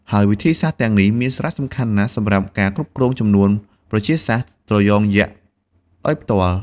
ហើយវិធីសាស្ត្រទាំងនេះមានសារៈសំខាន់ណាស់សម្រាប់ការគ្រប់គ្រងចំនួនប្រជាសាស្ត្រត្រយងយក្សដោយផ្ទាល់។